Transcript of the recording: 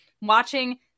watching